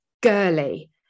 girly